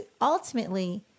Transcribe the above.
ultimately